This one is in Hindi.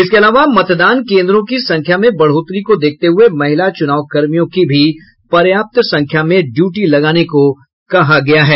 इसके अलावा मतदान केन्द्रों की संख्या में बढ़ोतरी को देखते हुये महिला चुनावकर्मियों को भी पर्याप्त संख्या में ड्यूटी लगाने को कहा गया है